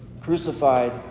crucified